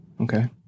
okay